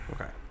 Okay